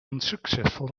unsuccessful